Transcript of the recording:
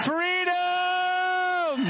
Freedom